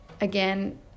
Again